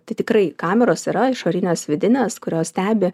tai tikrai kameros yra išorinės vidinės kurios stebi